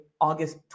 August